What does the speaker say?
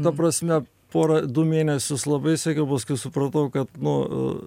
ta prasme pora du mėnesius labai sekiau paskui supratau kad nu